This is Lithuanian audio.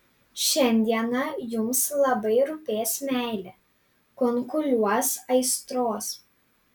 šiandieną jums labai rūpės meilė kunkuliuos aistros